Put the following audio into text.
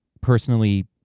personally